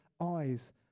eyes